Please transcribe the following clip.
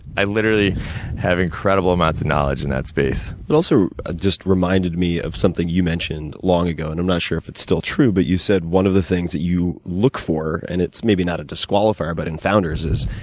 i literally have incredible amounts of knowledge in that space. it also just reminded me of something you mentioned long ago, and i'm not sure if it's still true, but you said one of the things you look for, and it's maybe not a disqualifier, but, in founders, is